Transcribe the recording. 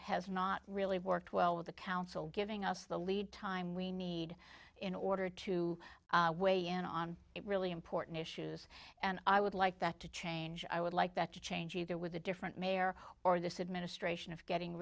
has not really worked well with the council giving us the lead time we need in order to weigh in on it really important issues and i would like that to change i would like that to change either with a different mayor or this administration of getting